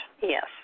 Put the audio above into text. Yes